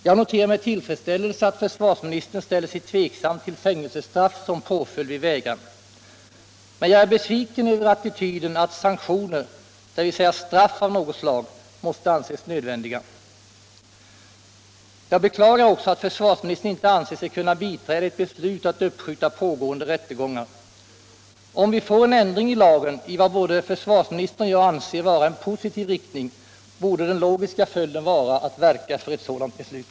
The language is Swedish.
Jag noterar med tillfredsställelse att försvarsministern ställer sig tveksam till fängelsestraff som påföljd vid vägran. Men jag är besviken över attityden att sanktioner, dvs. straff av något slag, måste anses nödvändiga. Jag beklagar också att försvarsministern inte anser sig kunna biträda ett beslut att uppskjuta pågående rättegångar. Om vi får en ändring i lagen i vad både försvarsministern och jag anser vara en positiv riktning, borde den logiska följden vara att verka för ett sådant beslut.